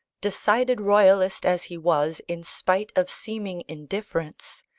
decided royalist as he was in spite of seeming indifference,